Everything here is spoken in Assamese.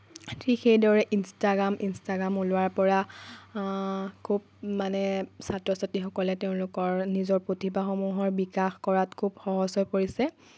ঠিক সেইদৰে ইনষ্টাগ্ৰাম ইনষ্টাগ্ৰাম ওলোৱাৰ পৰা খুউব মানে ছাত্ৰ ছাত্ৰীসকলে তেওঁলোকৰ নিজৰ প্ৰতিভাসমূহৰ বিকাশ কৰাত খুব সহজ হৈ পৰিছে